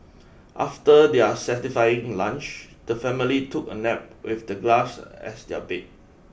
after their satisfying lunch the family took a nap with the glass as their bed